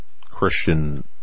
Christian